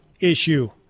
issue